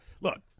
look